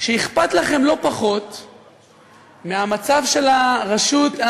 שאכפת לכם לא פחות מהמצב של הרשות,